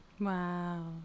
Wow